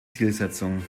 zielsetzung